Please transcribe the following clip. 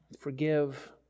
Forgive